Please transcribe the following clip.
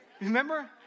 remember